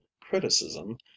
criticism